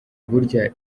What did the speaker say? burya